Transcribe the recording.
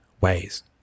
ways